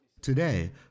Today